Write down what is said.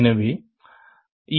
எனவே ஈ